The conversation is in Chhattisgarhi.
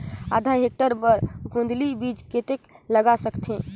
आधा हेक्टेयर बर गोंदली बीच कतेक लाग सकथे?